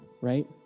right